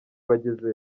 bageze